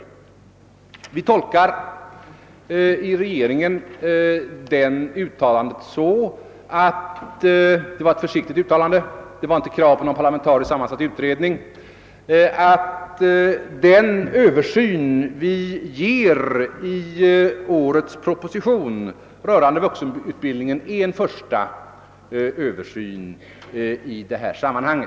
Det var ett försiktigt uttalande utan krav på någon parlamentariskt sammansatt utredning. I regeringen tolkar vi det uttalandet så, att den översyn av vuxenutbildningen som vi ger i årets proposition skall vara den första översynen.